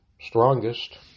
strongest